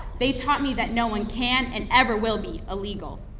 they taught me that no one can and ever will be illegal.